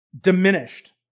diminished